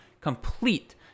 complete